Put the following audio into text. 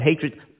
hatred